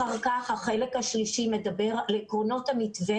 אחר כך החלק השלישי על עקרונות המתווה-